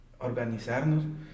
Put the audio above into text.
organizarnos